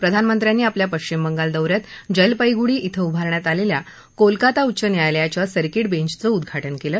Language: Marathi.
प्रधानमंत्र्यांनी आपल्या पश्चिम बंगाल दौ यात जलपैगुडी इथं उभारण्यात आलेल्या कलकत्ता उच्च न्यायालयाच्या सर्कीट बेंचचं उद्घाटन केलं